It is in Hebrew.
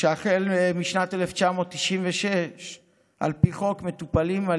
שהחל משנת 1996 על פי חוק מטופלים על